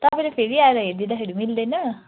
तपाईँले फेरि आएर हेरदिँदाखेरि मिल्दैन